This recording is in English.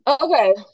okay